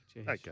Okay